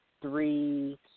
three